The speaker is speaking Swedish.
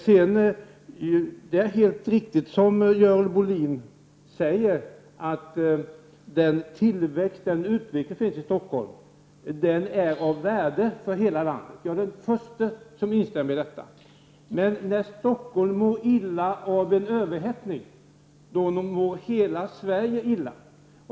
Som Görel Bohlin helt riktigt säger, är den utveckling som finns i Stockholm av värde för hela landet. Jag är den första som instämmer i detta. Men när Stockholm mår illa av en överhettning, mår hela Sverige illa.